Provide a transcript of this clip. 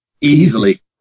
Easily